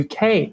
UK